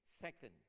Second